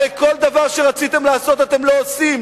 הרי כל דבר שרציתם לעשות אתם לא עושים.